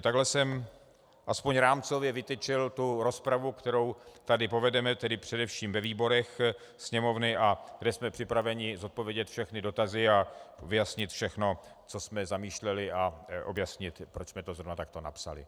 Takhle jsem tedy alespoň rámcově vytyčil rozpravu, kterou tady povedeme, tedy především ve výborech Sněmovny a kde jsme připraveni zodpovědět všechny dotazy a vyjasnit všechno, co jsme zamýšleli, a objasnit, proč jsme to zrovna takto napsali.